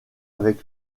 avec